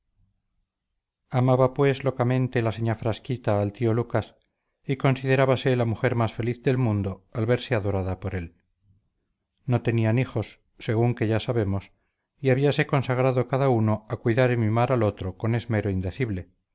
amaba pues locamente la señá frasquita al tío lucas y considerábase la mujer más feliz del mundo al verse adorada por él no tenían hijos según que ya sabemos y habíase consagrado cada uno a cuidar y mimar al otro con esmero indecible